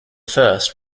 first